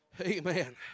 Amen